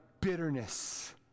bitterness